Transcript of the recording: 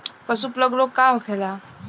पशु प्लग रोग का होखेला?